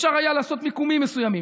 אפשר היה לעשות מיקומים מסוימים,